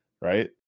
Right